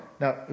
Now